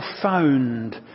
profound